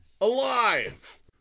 alive